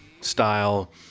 style